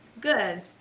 Good